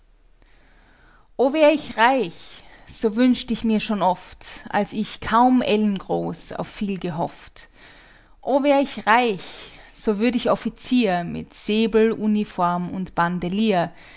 o wär ich reich so wünscht ich mir schon oft als ich kaum ellengroß auf viel gehofft o wär ich reich so würd ich offizier mit säbel uniform und bandelier